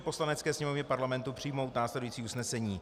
Poslanecké sněmovně Parlamentu přijmout následující usnesení: